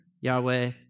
Yahweh